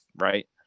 right